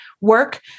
work